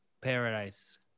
Paradise